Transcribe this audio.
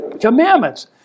Commandments